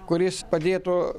kuris padėtų